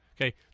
Okay